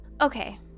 Okay